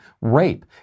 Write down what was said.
rape